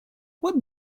what